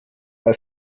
bei